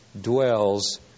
dwells